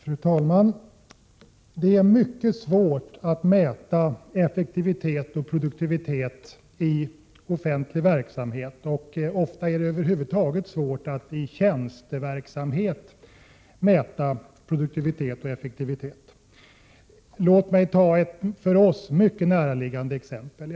Fru talman! Det är mycket svårt att mäta effektivitet och produktivitet i offentlig verksamhet. Det gäller för övrigt stora delar av tjänstesektorn. Låt mig ta ett för oss mycket näraliggande exempel.